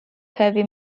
heavy